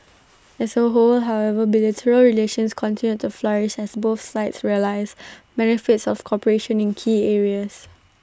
as A whole however bilateral relations continued to flourish as both sides realise benefits of cooperation in key areas